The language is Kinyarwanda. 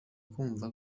kumva